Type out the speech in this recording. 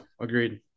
agreed